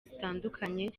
zitandukanye